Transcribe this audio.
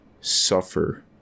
suffer